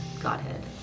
godhead